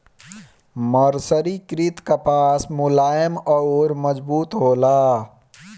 मर्सरीकृत कपास मुलायम अउर मजबूत होला